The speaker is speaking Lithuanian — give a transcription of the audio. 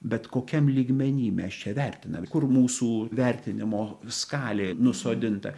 bet kokiam lygmeny mes čia vertinam kur mūsų vertinimo skalė nusodinta